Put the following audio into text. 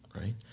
right